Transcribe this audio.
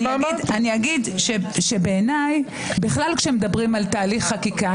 אגיד שבעיני בכלל כשמדברים על תהליך חקיקה